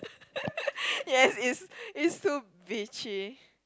yes it's it's too beachy